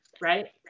right